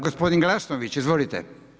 Gospodin Glasnović, izvolite.